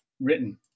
written